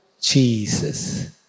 Jesus